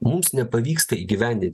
mums nepavyksta įgyvendint